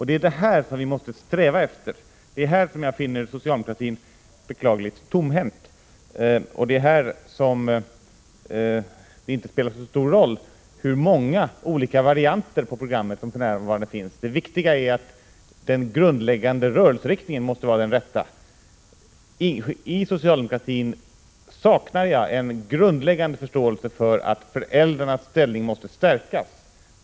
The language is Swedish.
Det är vad vi måste sträva efter, och det är här som jag finner soicaldemokratin beklagligt tomhänt. Det spelar då inte så stor roll hur många varianter som för närvarande finns på programmet — det viktiga är att den grundläggande rörelseriktningen är den rätta. I socialdemokratin saknar jag en grundläggande förståelse för att föräldrarnas ställning måste stärkas.